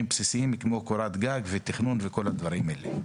הבסיסיים כמו קורת גג ותכנון וכל הדברים האלה.